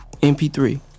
MP3